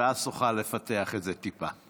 ואז תוכל לפתח את זה טיפה.